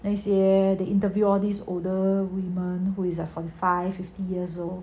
那些 they interview all these older women who is a forty five fifty years old